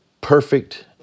perfect